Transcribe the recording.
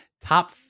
top